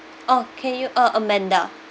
okay you uh amanda